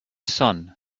sun